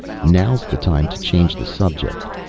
now's the time to change the subject.